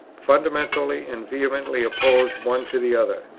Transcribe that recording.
fundamentally and vehemently opposed one to the other.